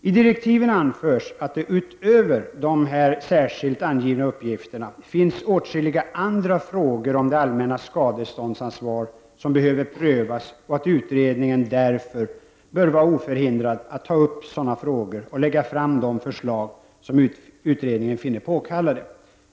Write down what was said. I direktiven anförs att det utöver de här särskilt angivna uppgifterna finns åtskilliga andra frågor om det allmännas skadeståndsansvar som behöver prövas och att utredningen därför bör vara oförhindrad att ta upp sådana frågor och lägga fram de förslag som utredningen finner påkallade.